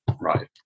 right